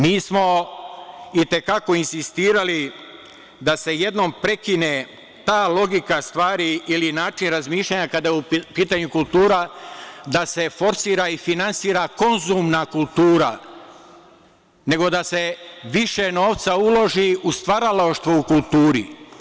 Mi smo i te kako insistirali da se jednom prekine ta logika stvari ili način razmišljanja, kada je u pitanju kultura, da se forsira i finansira konzumna kultura, nego da se više novca uloži u stvaralaštvo u kulturi.